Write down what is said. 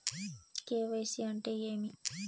KYC అంటే ఏమి?